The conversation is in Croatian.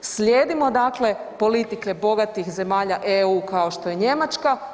Slijedimo dakle politike bogatih zemalja EU kao što je Njemačka.